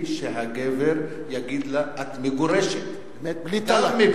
שהגבר יגיד לה "את מגורשת" בלי "טַלאק".